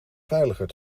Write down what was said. veiliger